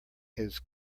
his